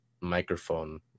microphone